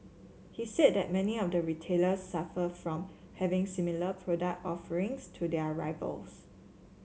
he said that many of the retailers suffer from having similar product offerings to their rivals